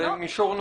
מישור נוסף.